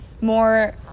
more